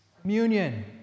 Communion